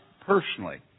personally